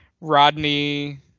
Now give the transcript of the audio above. Rodney